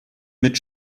mit